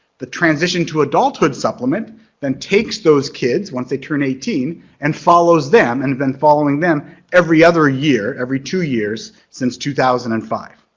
the transition to adulthood supplement then takes those kids once they turn eighteen and follows them and then following them every other year, every two years since two thousand and five,